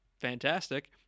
fantastic